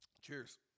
Cheers